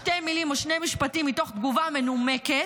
שתי מילים או שני משפטים מתוך תגובה מנומקת,